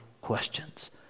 questions